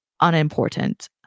unimportant